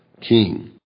king